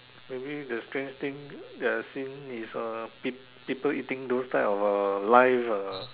maybe the strange thing that I have seen is uh peo~ people eating those type of live uh